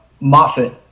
Moffat